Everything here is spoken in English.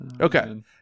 okay